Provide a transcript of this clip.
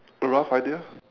rough idea